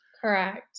correct